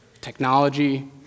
technology